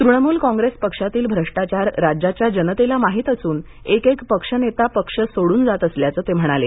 तृणमूल कांग्रेस पक्षातील भ्रष्टाचार राज्याच्या जनतेला माहीत असून एकेक पक्षनेता पक्ष सोडून जात असल्याचं ते म्हणाले